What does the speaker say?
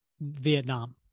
Vietnam